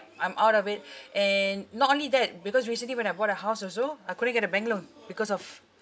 I'm out of it and not only that because recently when I bought a house also I couldn't get a bank loan because of